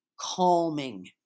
calming